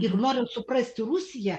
ir norint suprasti rusiją